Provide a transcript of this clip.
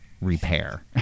repair